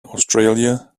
australia